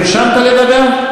נרשמת לדבר?